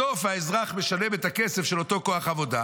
בסוף האזרח משלם את הכסף של אותו כוח עבודה.